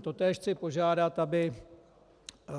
Totéž chci požádat, aby